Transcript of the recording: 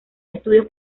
estudios